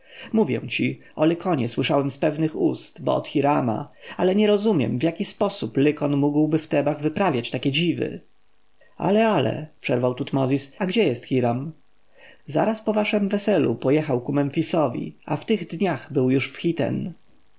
mówię ci o lykonie słyszałem z pewnych ust bo od hirama ale nie rozumiem w jaki sposób lykon mógłby w tebach wyprawiać takie dziwy ale ale przerwał tutmozis a gdzie jest hiram zaraz po waszem weselu pojechał ku memfisowi a w tych dniach był już